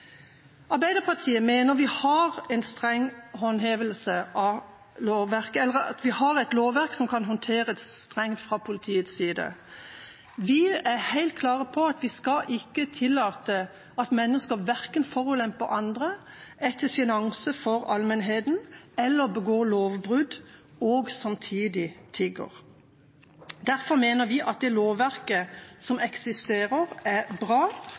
Arbeiderpartiet mener at vi har et lovverk som kan håndteres strengt fra politiets side. Vi er helt klare på at vi skal ikke tillate at mennesker verken forulemper andre, er til sjenanse for allmennheten, eller begår lovbrudd – og samtidig tigger. Derfor mener vi at det lovverket som eksisterer, er bra,